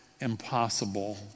impossible